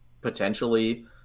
potentially